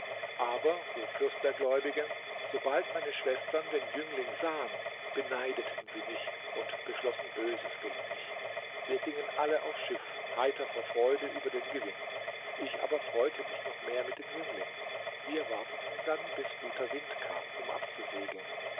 aber o fürst der gläubigen sobald meine schwestern den jüngling sahen beneideten sie mich und beschlossen böses gegen mich wir gingen alle aufs schiff heiter vor freude über den gewinn ich aber freute mich noch mehr mit dem jüngling wir warteten dann bis guter wind kam um abzusegeln